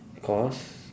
because